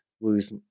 lose